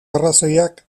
arrazoiak